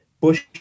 Bush